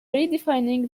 redefining